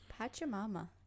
Pachamama